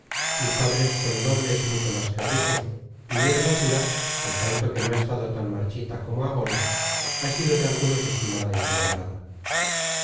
mis padres son nobles mucho más que ricos y mi hermosura en tanto que no ha estado tan marchita como agora ha sido de algunos estimada y celebrada